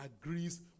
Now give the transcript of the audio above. agrees